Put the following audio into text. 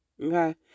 okay